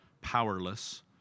powerless